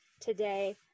today